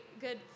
good